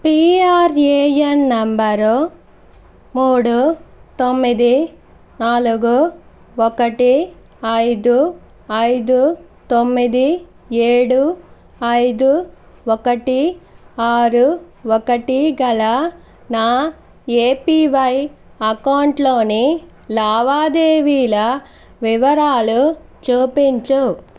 PRAN number మూడు తొమ్మిది నాలుగు ఒకటి ఐదు ఐదు తొమ్మిది ఏడు ఐదు ఒకటి ఆరు ఒకటి గల నా ఏపీవై అకౌంట్లోని లావాదేవీల వివరాలు చూపించు